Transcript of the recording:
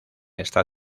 esta